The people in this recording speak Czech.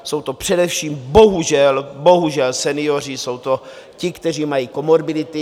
Jsou to především, bohužel, bohužel, senioři, jsou to ti, kteří mají komorbidity.